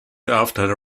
after